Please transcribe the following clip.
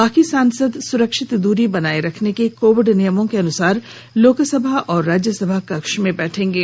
बाकी सांसद सुरक्षित दूरी बनाये रखने के कोविड नियमों के अनुसार लोकसभा और राज्यरसभा कक्ष में बैठेंगे